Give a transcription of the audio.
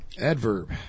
Adverb